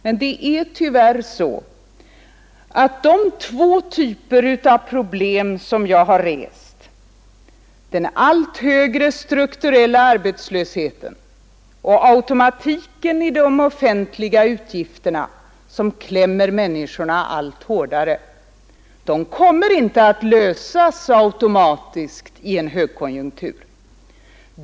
Men det är tyvärr så att de två typer av problem som jag här har rest — den allt högre strukturella arbetslösheten och automatiken i de offentliga utgifterna som klämmer människorna allt hårdare — kommer inte att lösas automatiskt i en högkonjunktur.